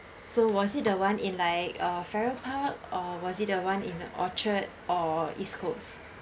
so was it the one in like uh farrer park or was it the one in orchard or east coast